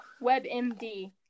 WebMD